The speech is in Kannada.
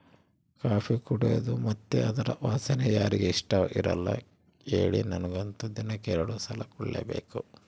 ಕಾಫಿ ಕುಡೇದು ಮತ್ತೆ ಅದರ ವಾಸನೆ ಯಾರಿಗೆ ಇಷ್ಟಇರಲ್ಲ ಹೇಳಿ ನನಗಂತೂ ದಿನಕ್ಕ ಎರಡು ಸಲ ಕುಡಿಲೇಬೇಕು